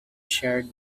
shared